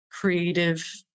creative